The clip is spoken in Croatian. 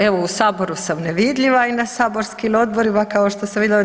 Evo u Saboru sam nevidljiva i na saborskim odborima kao što sam nevidljiva.